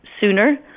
sooner